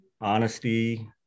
honesty